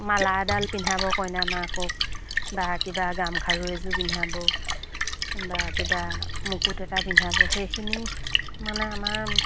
মালা এডাল পিন্ধাব কইনা মাকক বা কিবা গামখাৰু এযোৰ পিন্ধাব বা কিবা মুকুট এটা পিন্ধাব সেইখিনি মানে আমাৰ